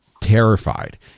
terrified